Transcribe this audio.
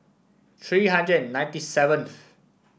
three hundred and ninety seventh